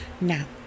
Now